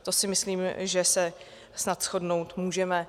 To si myslím, že se snad shodnout můžeme.